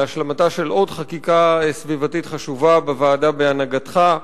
על השלמתה של עוד חקיקה סביבתית חשובה בוועדה בהנהגתך,